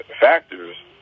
factors